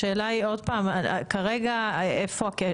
השאלה היא עוד פעם כרגע איפה הכשל?